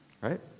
right